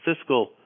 fiscal